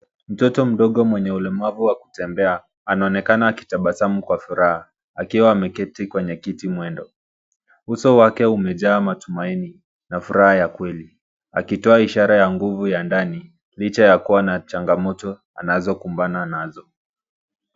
Mtoto mdogo mwenye ulemavu wa kutembea ,anaonekana akitabasamu kwa furaha akiwa ameketi kwenye kiti mwendo. Uso wake umejaa matumaini na furaha ya kweli akitoa ishara ya nguvu ya ndani licha ya kuwa na changamoto anazokumbana nazo.